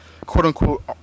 quote-unquote